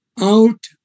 out